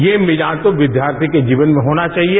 ये मिजाज तो विद्यार्थी के जीवन में होना चाहिए